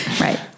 Right